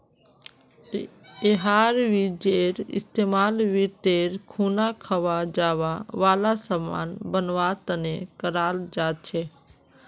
यहार बीजेर इस्तेमाल व्रतेर खुना खवा जावा वाला सामान बनवा तने कराल जा छे